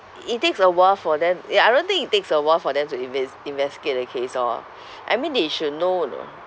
it takes a while for them ya I don't think it takes a while for them to invest~ investigate the case orh I mean they should know you know